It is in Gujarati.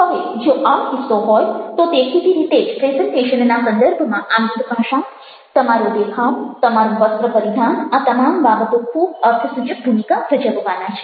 હવે જો આમ કિસ્સો હોય તો દેખીતી રીતે જ પ્રેઝન્ટેશનના સંદર્ભમાં આંગિક ભાષા તમારો દેખાવ તમારું વસ્ત્ર પરિધાન આ તમામ બાબતો ખૂબ અર્થસૂચક ભૂમિકા ભજવવાના છે